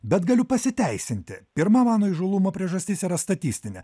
bet galiu pasiteisinti pirma mano įžūlumo priežastis yra statistinė